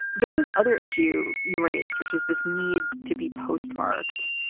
there's this other issue you raised, which is this need to be postmarked.